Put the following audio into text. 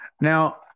Now